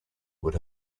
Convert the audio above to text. would